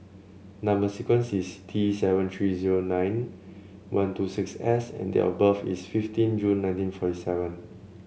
number sequence is T seven three zero nine one two six S and date of birth is fifteen June nineteen forty seven